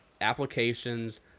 applications